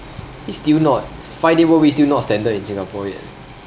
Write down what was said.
it's still not five day work week still not standard in singapore yet